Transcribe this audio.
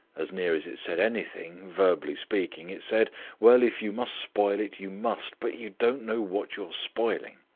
as near as it said anything, verbally speaking, it said well, if you must spoil it, you must. but you don't know what you're spoiling.